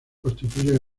constituyen